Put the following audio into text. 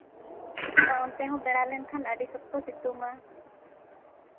ᱟᱨ ᱚᱱᱛᱮ ᱦᱚᱸ ᱵᱮᱲᱟ ᱞᱮᱱᱠᱷᱟᱱ ᱟᱹᱰᱤ ᱥᱚᱠᱛᱚ ᱥᱮᱛᱳᱝᱼᱟ